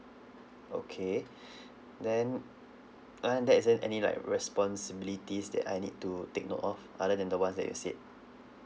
okay then aren't there is there any like responsibilities that I need to take note of other than the ones that you've said